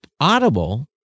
Audible